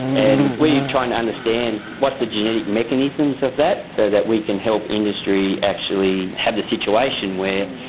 and we try and understand what is the genetic mechanisms of that so that we can help industry actually have the situation where,